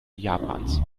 japans